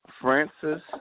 Francis